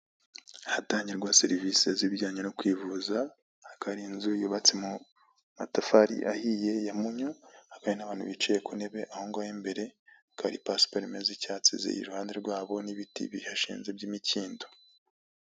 Ahatangirwa serivisi z'ibijyanye no kwivuza, hakaba hari inzu yubatse mu matafari ahiye ya munyu, hakaba hari n'abantu bicaye ku ntebe aho ngaho imbere, hakaba hari pasparme z'icyatsi ziri iruhande rwabo n'ibiti bihashinze by'imikindo.